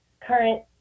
current